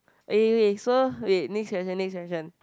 ah so okay next section next section